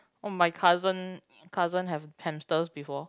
oh my cousin cousin have hamsters before